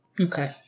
Okay